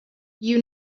you